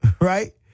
right